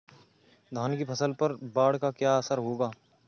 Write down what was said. धान की फसल पर बाढ़ का क्या असर होगा?